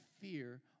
fear